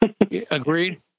Agreed